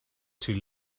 too